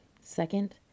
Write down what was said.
second